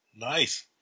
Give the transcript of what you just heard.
Nice